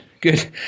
good